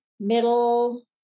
middle